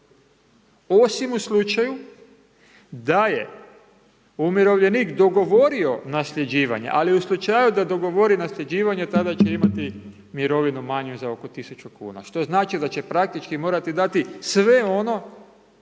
Osim u slučaju da je umirovljenik dogovorio nasljeđivanje, ali u slučaju dogovori nasljeđivanje tada će imati mirovinu manju za oko tisuću kuna, što znači da će praktički morati dati sve ono